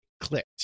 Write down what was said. clicked